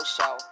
Show